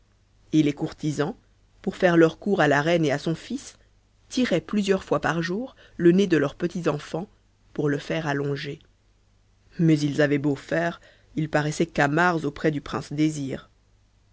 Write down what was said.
et les courtisans pour faire leur cour à la reine et à son fils tiraient plusieurs fois par jour le nez de leurs petits enfants pour le faire allonger mais ils avaient beau faire ils paraissaient camards auprès du prince désir